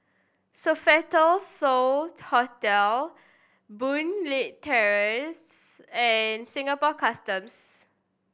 Sofitel So Hotel Boon Leat Terrace and Singapore Customs